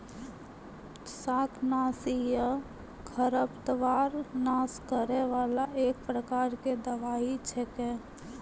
शाकनाशी या खरपतवार नाश करै वाला एक प्रकार के दवाई छेकै